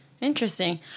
Interesting